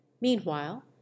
Meanwhile